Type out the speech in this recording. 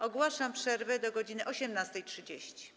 Ogłaszam przerwę do godz. 18.30.